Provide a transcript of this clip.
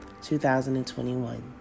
2021